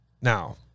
Now